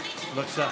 בבקשה.